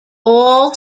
all